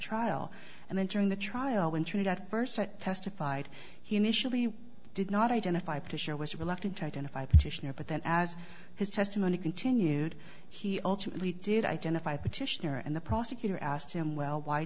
trial and then during the trial when treated at first i testified he initially did not identify petitioner was reluctant to identify petitioner but then as his testimony continued he ultimately did identify petitioner and the prosecutor asked him well why